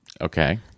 Okay